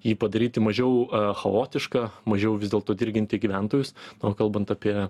jį padaryti mažiau chaotišką mažiau vis dėlto dirginti gyventojus o kalbant apie